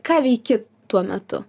ką veiki tuo metu